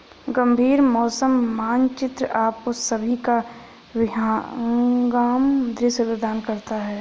गंभीर मौसम मानचित्र आपको सभी का विहंगम दृश्य प्रदान करता है